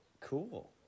cool